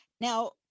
Now